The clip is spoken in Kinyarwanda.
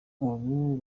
ubu